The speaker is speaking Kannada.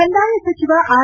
ಕಂದಾಯ ಸಚಿವ ಆರ್